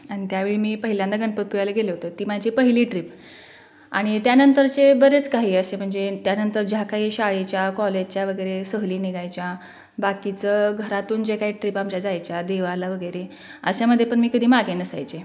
आणि त्यावेळी मी पहिल्यांदा गणपतीपुळ्याला गेले होते ती माझी पहिली ट्रीप आणि त्यानंतरचे बरेच काही असे म्हणजे त्यानंतर ज्या काही शाळेच्या कॉलेजच्या वगैरे सहली निघायच्या बाकीचं घरातून जे काही ट्रिप आमच्या जायच्या देवाला वगैरे अशामध्ये पण मी कधी मागे नसायचे